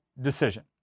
decision